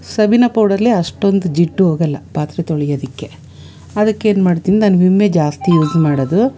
ಸಬೀನ ಪೌಡರಲ್ಲಿ ಅಷ್ಟೊಂದು ಜಿಡ್ಡು ಹೋಗೊಲ್ಲ ಪಾತ್ರೆ ತೊಳೆಯೋದಕ್ಕೆ ಅದಕ್ಕೇನು ಮಾಡ್ತೀನಿ ನಾನು ವಿಮ್ಮೆ ಜಾಸ್ತಿ ಯೂಸ್ ಮಾಡೋದು